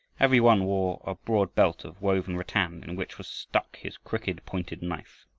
every one wore a broad belt of woven rattan in which was stuck his crooked pointed knife.